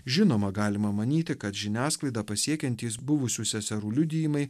žinoma galima manyti kad žiniasklaidą pasiekiantys buvusių seserų liudijimai